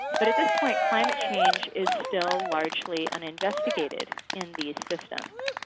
but, at this point, climate change is still largely uninvestigated in these systems.